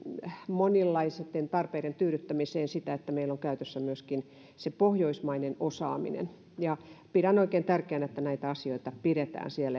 monenlaisten tarpeiden tyydyttämiseen sitä että meillä on käytössä myöskin se pohjoismainen osaaminen pidän oikein tärkeänä että näitä asioita